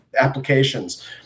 applications